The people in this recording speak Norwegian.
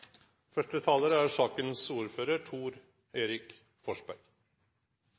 Første taler er